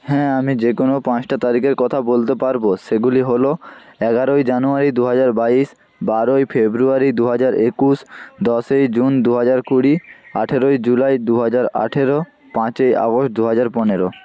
হ্যাঁ আমি যে কোন পাঁচটা তারিকের কথা বলতে পারব সেগুলি হল এগারোই জানুয়ারি দু হাজার বাইশ বারোই ফেব্রুয়ারি দু হাজার একুশ দশই জুন দু হাজার কুড়ি আঠেরোই জুলাই দু হাজার আঠেরো পাঁচই আগস্ট দু হাজার পনেরো